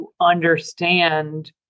Understand